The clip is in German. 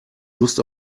lust